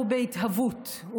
הוא בהתהוות,